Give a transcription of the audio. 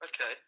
okay